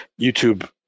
YouTube